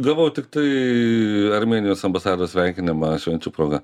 gavau tiktai armėnijos ambasados sveikinimą švenčių proga